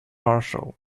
marshall